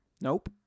Nope